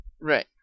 Right